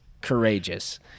courageous